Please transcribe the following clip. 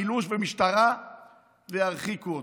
בילוש ומשטרה וירחיקו אותו.